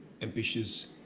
ambitious